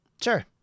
Sure